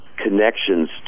connections